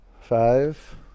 Five